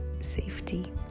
safety